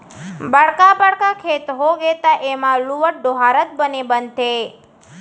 बड़का बड़का खेत होगे त एमा लुवत, डोहारत बने बनथे